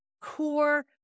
core